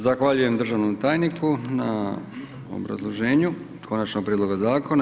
Zahvaljujem državnom tajniku na obrazloženju Konačnog prijedloga zakona.